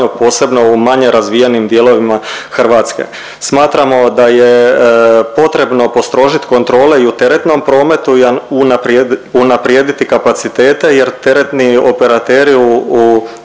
posebno u manje razvijenim dijelovima Hrvatske. Smatramo da je potrebno postrožit kontrole i u teretnom prometu i unaprijediti kapacitete jer teretni operateri u